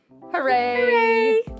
Hooray